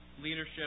leadership